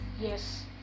yes